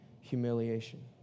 humiliation